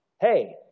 Hey